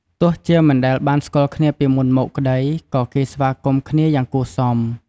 ទោះជាមិនដែលបានស្គាល់គ្នាពីមុនមកក្ដី ក៏គេស្វាគមន៍គ្នាយ៉ាងគួរសម។